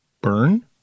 burn